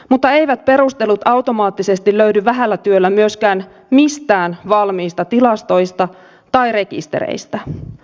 mutta eivät perustelut automaattisesti löydy vähällä työllä myöskään mistään valmiista tilastoista tai rekistereistä